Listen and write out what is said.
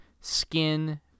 skin